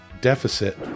deficit